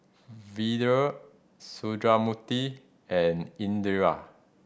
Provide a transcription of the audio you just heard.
Vedre Sundramoorthy and Indira